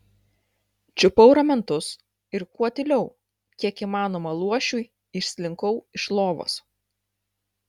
čiupau ramentus ir kuo tyliau kiek įmanoma luošiui išslinkau iš lovos